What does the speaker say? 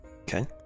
Okay